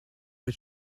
rez